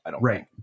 right